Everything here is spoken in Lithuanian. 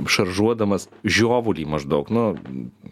šaržuodamas žiovulį maždaug nu